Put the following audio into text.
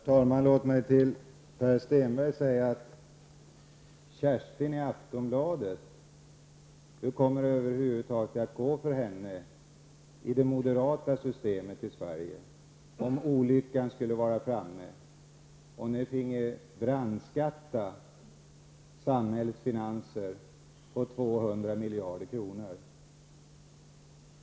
Herr talman! Hur tror herr Stenmarck att det kommer att gå för Kerstin, vars situation beskrivs i nämnda artikel i Aftonbladet? Hur kommer det att gå för henne i det moderata systemet i Sverige, om olyckan skulle vara framme och det blev ett sådant? Hur går det för henne och andra när ni brandskattar samhällets finanser på 200 miljarder kronor?